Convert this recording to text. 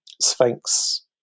Sphinx